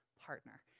partner